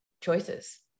choices